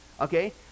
okay